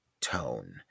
tone